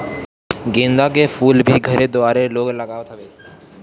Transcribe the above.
गेंदा के फूल भी घरे दुआरे लोग लगावत हवे